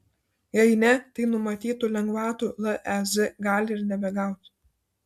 jei ne tai numatytų lengvatų lez gali ir nebegauti